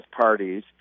parties